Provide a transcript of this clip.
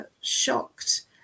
shocked